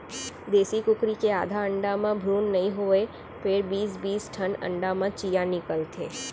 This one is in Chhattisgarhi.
देसी कुकरी के आधा अंडा म भ्रून नइ होवय फेर बीस बीस ठन अंडा म चियॉं निकलथे